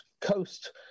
coast